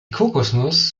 kokosnuss